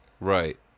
Right